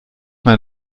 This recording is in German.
mein